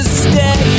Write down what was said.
stay